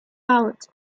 out